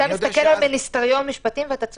אתה מסתכל על מיניסטריון משפטים, ואתה צודק.